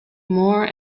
more